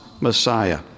Messiah